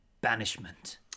banishment